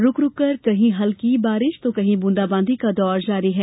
रुक रुककर कहीं हल्की तो कहीं ब्रंदाबांदी का दौर जारी है